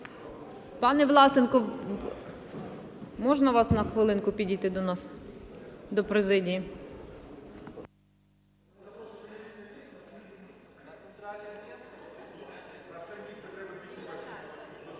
Пане Власенко, можна вас на хвилинку підійти до нас, до президії?